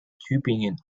tübingen